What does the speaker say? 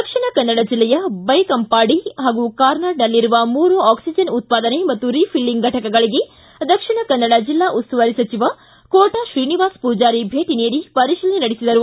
ದಕ್ಷಿಣ ಕನ್ನಡ ಜಿಲ್ಲೆಯ ಬೈಕಂಪಾಡಿ ಮತ್ತು ಕಾರ್ನಾಡ್ನಲ್ಲಿರುವ ಮೂರು ಅಕ್ಲಿಜನ್ ಉತ್ಪಾದನೆ ಮತ್ತು ರಿಫಿಲ್ಲಿಂಗ್ ಘಟಕಗಳಿಗೆ ದಕ್ಷಿಣಕನ್ನಡ ಜಿಲ್ಲಾ ಉಸ್ತುವಾರಿ ಸಚಿವ ಕೋಟಾ ಶ್ರೀನಿವಾಸ ಪೂಜಾರಿ ಭೇಟಿ ನೀಡಿ ಪರಿಶೀಲನೆ ನಡೆಸಿದರು